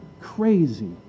crazy